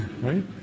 right